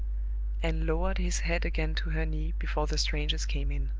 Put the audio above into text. and lowered his head again to her knee, before the strangers came in.